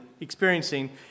experiencing